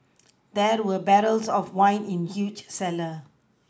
there were barrels of wine in the huge cellar